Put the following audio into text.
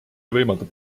võimaldab